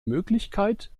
möglichkeit